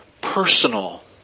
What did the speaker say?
personal